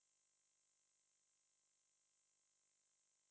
I honestly don't know